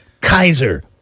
Kaiser